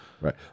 Right